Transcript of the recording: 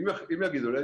אם יגידו לי,